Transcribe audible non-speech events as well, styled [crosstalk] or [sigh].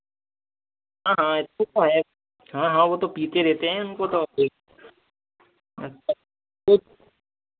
हाँ सो तो है हाँ हाँ वो तो पीते रहते हैं उनको तो [unintelligible]